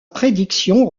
prédiction